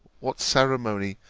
what ceremony,